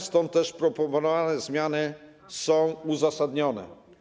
Stąd też proponowane zmiany są uzasadnione.